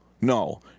no